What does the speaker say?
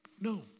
No